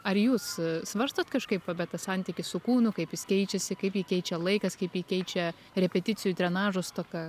ar jūs svarstot kažkaip apie tą santykį su kūnu kaip jis keičiasi kaip jį keičia laikas kaip jį keičia repeticijų drenažo stoka